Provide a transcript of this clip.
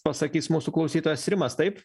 pasakys mūsų klausytojas rimas taip